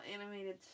animated